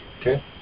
Okay